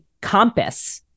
compass